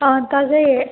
ꯑꯥ ꯇꯥꯖꯩꯌꯦ